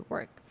Work